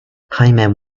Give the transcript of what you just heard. hymen